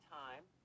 time